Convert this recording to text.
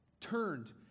turned